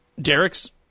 Derek's